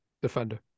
Defender